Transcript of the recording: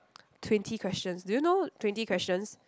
twenty questions do you know twenty questions